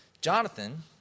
Jonathan